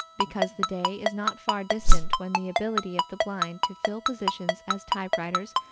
because the day is not far distant when the ability of the blind to fill positions as typewriters,